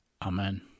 Amen